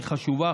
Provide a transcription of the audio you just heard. היא חשובה,